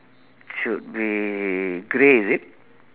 should be grey is it